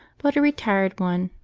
but a retired one,